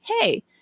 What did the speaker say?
hey